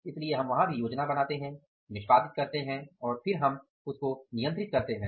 इसलिए हम वहां भी योजना बनाते हैं निष्पादित करते हैं और फिर हम उसको नियंत्रित करते हैं